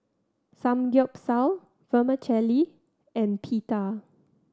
Samgeyopsal Vermicelli and Pita